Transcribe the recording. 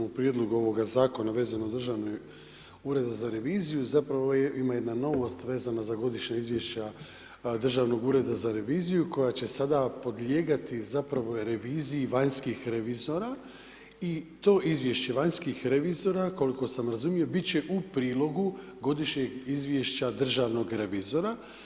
U prijedlogu ovoga zakona vezano za Državni ured za reviziju, zapravo ima jedna novost vezana za godišnja izvješća Državnog ureda za reviziju koja će sada podlijegati zapravo reviziji vanjskih revizora i to izvješće vanjskih revizora koliko sam razumio, bit će u prilogu godišnjeg izvješća državnog revizora.